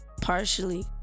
Partially